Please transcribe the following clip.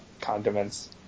condiments